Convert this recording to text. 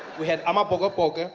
we had ama-bokke-bokke, ah